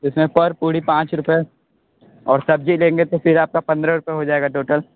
इसमें सर पूड़ी पाँच रुपए और सब्जी लेंगे तो फिर आपका पन्द्रह रुपए हो जायेगा टोटल